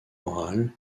orale